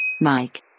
Mike